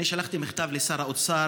אני שלחתי מכתב לשר האוצר,